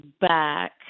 back